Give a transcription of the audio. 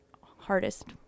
hardest